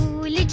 will